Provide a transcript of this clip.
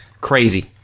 crazy